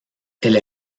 elle